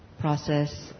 process